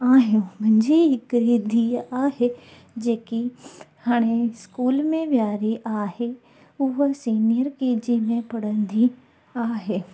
आहियूं मुंहिंजी हिकिरी धीउ आहे जेकी हाणे स्कूल में वियारी आहे उहा सीनिअर केजी में पढ़ंदी आहे